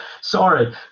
sorry